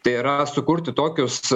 tai yra sukurti tokius